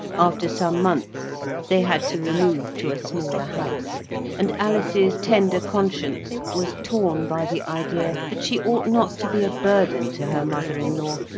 after some months they had to remove to a smaller house and alice's tender conscience was torn by the idea that she ought not to be a burden to her mother-in-law,